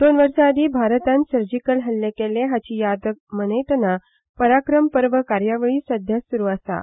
दोन वर्सा आदी भारतान सर्जीकल हल्ले केल्ले हाची याद मनयतना पराक्रम पर्व कार्यावळी सध्या स्रू आसात